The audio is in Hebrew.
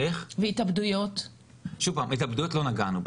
בהתאבדויות לא נגענו,